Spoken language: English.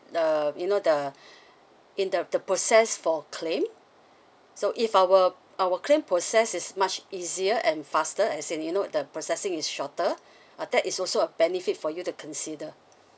the you know the in the the process for claim so if our our claim process is much easier and faster as in you know the processing is shorter uh that is also a benefit for you to consider